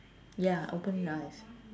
ya open the eyes